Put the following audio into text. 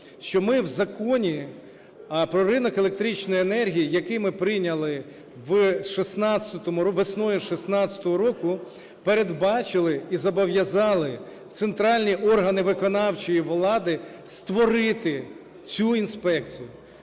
що ми в Законі "Про ринок електричної енергії", який ми прийняли весною 16-го року, передбачили і зобов'язали центральні органи виконавчої влади створити цю інспекцію.